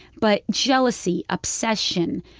but jealousy, obsession,